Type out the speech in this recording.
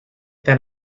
that